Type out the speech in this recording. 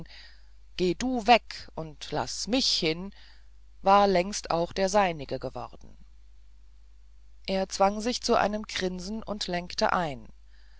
geh du weg und laß mich hin war längst auch der seinige geworden er zwang sich zu einem grinsen und lenkte ein